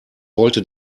wollte